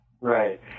Right